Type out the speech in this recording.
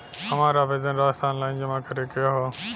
हमार आवेदन राशि ऑनलाइन जमा करे के हौ?